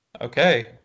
Okay